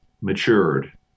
matured